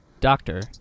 Doctor